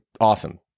awesome